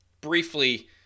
briefly